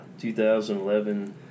2011